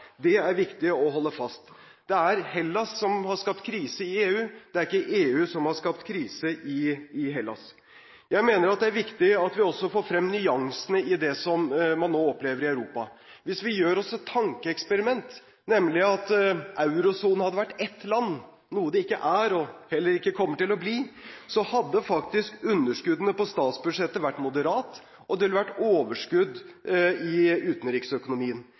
er det viktig å holde fast ved. Det er Hellas som har skapt krise i EU; det er ikke EU som har skapt krise i Hellas. Jeg mener at det er viktig at vi også får frem nyansene i det som man nå opplever i Europa. Hvis vi gjør oss et tankeeksperiment, nemlig at eurosonen hadde vært ett land – noe det ikke er og heller ikke kommer til å bli – hadde faktisk underskuddene på statsbudsjettet vært moderate, og det ville vært overskudd i utenriksøkonomien.